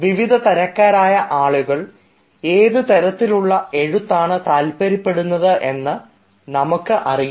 വിവിധ തരക്കാരായ ആളുകൾ ഏതുതരത്തിലുള്ള എഴുത്താണ് താൽപര്യപ്പെടുന്നത് എന്ന് നമുക്കറിയില്ല